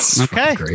Okay